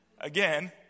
Again